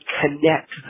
connect